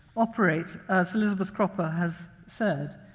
operate, as elizabeth cropper has said,